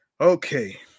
okay